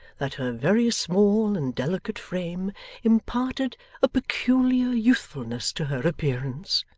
that her very small and delicate frame imparted a peculiar youthfulness to her appearance.